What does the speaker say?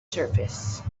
surface